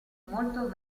molto